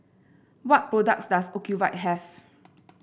what products does Ocuvite have